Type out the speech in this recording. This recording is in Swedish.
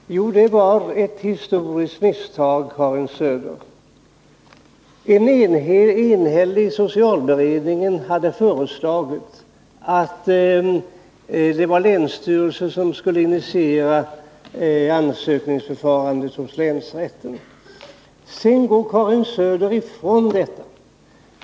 Herr talman! Jo, det var ett historiskt misstag, Karin Söder. En enhällig socialberedning hade föreslagit att länsstyrelsen skulle initiera ansökningsförfarandet hos länsrätten. Sedan gick Karin Söder ifrån detta.